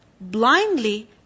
blindly